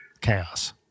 chaos